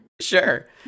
Sure